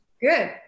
Good